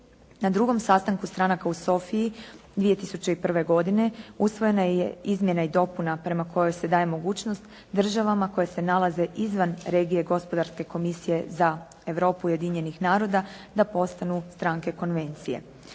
Na drugom sastanku stranaka u Sofiji 2001. godine usvojena je izmjena i dopuna prema kojoj se daje mogućnost državama koje se nalaze izvan regije gospodarske komisije za Europu ujedinjenih naroda da postanu stranke konvencije.